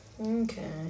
Okay